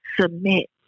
submit